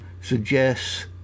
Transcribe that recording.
suggests